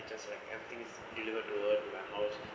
it just like everything's delivered toward to my house